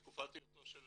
עוד בתקופת היותו של